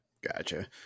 Gotcha